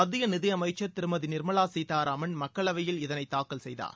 மத்திய நிதியமைச்சர் திருமதி நிர்மலா சீதாராமன் மக்களவையில் இதனை தாக்கல் செய்தார்